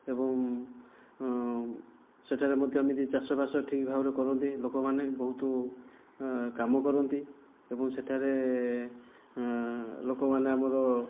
ଏବଂ ସେଠାରେ ମଧ୍ୟ ଏମିତି ଚାଷ ବାସ ଠିକ୍ ଭାବରେ କରନ୍ତି ଲୋକମାନେ ବହୁତ କାମ କରନ୍ତି ଏବଂ ସେଠାରେ ଲୋକମାନେ ଆମର